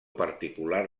particular